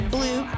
Blue